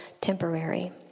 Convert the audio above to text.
temporary